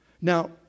Now